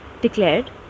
declared